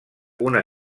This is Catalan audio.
una